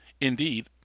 Indeed